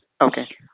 Okay